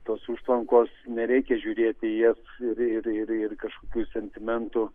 tos užtvankos nereikia žiūrėti į jas žiūri ir ir ir kažkokių sentimentų